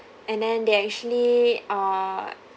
and then they actually err